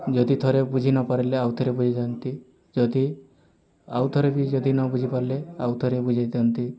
ଯଦି ଥରେ ବୁଝି ନପାରିଲେ ଆଉ ଥରେ ବୁଝାଇଦିଅନ୍ତି ଯଦି ଆଉ ଥରେ ବି ଯଦି ନବୁଝିପାରିଲେ ଆଉ ଥରେ ବୁଝାଇ ଦିଅନ୍ତି